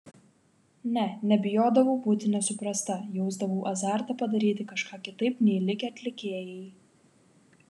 ne nebijodavau būti nesuprasta jausdavau azartą padaryti kažką kitaip nei likę atlikėjai